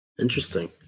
Interesting